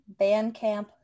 Bandcamp